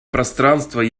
пространство